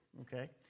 okay